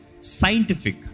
Scientific